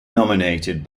nominated